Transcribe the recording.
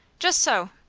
just so.